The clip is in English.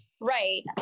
Right